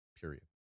period